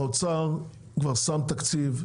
האוצר כבר שם תקציב,